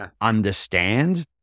understand